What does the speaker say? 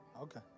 Okay